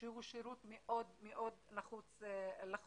שהוא שירות מאוד מאוד נחוץ לחולים.